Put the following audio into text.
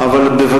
אדוני היושב-ראש,